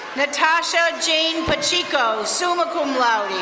natasha jane pacheco, summa cum laude.